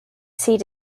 seat